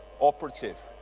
operative